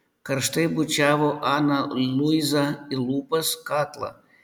karštai bučiavo aną luizą į lūpas kaklą